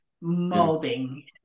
molding